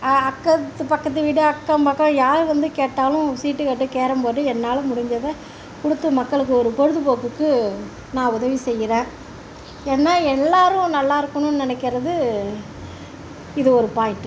அக்கத்து பக்கத்து வீடு அக்கம் பக்கம் யார் வந்து கேட்டாலும் சீட்டு கட்டு கேரம் போர்டு என்னால் முடிஞ்சதை கொடுத்து மக்களுக்கு ஒரு பொழுதுப்போக்குக்கு நான் உதவி செய்கிற ஏன்னால் எல்லோரும் நல்லாயிருக்கனு நினைக்கறது இது ஒரு பாயிண்ட்டு